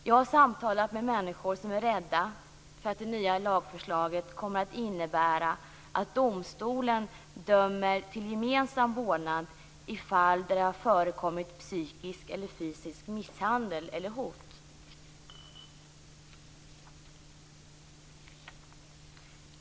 Jag har samtalat med människor som är rädda att det nya lagförslaget kommer att innebära att domstolen dömer till gemensam vårdnad i fall där det har förekommit psykisk eller fysisk misshandel eller hot.